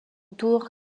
tour